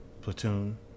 Platoon